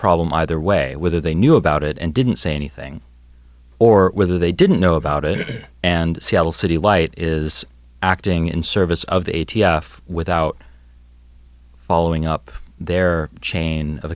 problem either way whether they knew about it and didn't say anything or whether they didn't know about it and seattle city light is acting in service of the a t f without following up their chain of